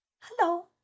Hello